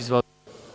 Izvolite.